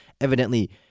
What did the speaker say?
Evidently